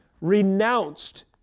renounced